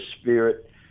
spirit